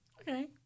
okay